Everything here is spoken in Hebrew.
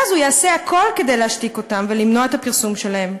ואז הוא יעשה הכול כדי להשתיק אותם ולמנוע את הפרסום שלהם.